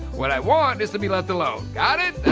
what i want is to be left alone, got it?